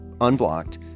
unblocked